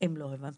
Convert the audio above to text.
אם לא אמרתי.